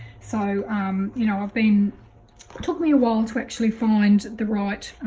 so you know i've been put me awhile to actually find the right